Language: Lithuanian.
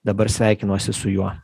dabar sveikinuosi su juo